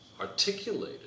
articulated